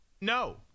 no